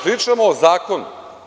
Pričamo o zakonu.